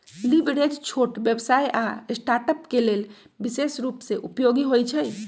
leverage छोट व्यवसाय आऽ स्टार्टअप्स के लेल विशेष रूप से उपयोगी होइ छइ